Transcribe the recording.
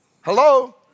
Hello